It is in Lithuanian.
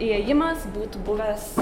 įėjimas būtų buvęs